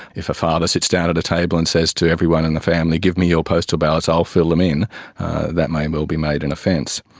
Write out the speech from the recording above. if a father sits down at a table and says to everyone in the family, give me your postal ballots, i'll fill them in that may well be made an offence.